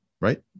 right